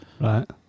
Right